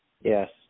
Yes